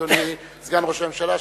אדוני סגן ראש הממשלה,